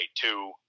Two